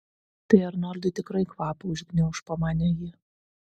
tai arnoldui tikrai kvapą užgniauš pamanė ji